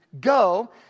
go